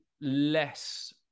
less